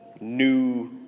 new